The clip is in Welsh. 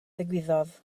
ddigwyddodd